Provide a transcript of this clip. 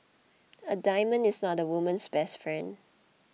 a diamond is not a woman's best friend